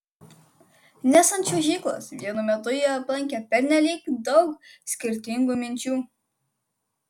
nes ant čiuožyklos vienu metu jį aplankė pernelyg daug skirtingų minčių